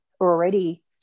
already